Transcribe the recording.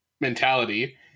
mentality